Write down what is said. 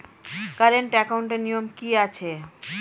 Current একাউন্টের নিয়ম কী আছে?